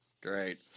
Great